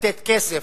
לתת כסף,